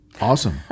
Awesome